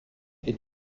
est